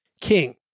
king